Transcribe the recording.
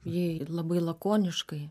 ji labai lakoniškai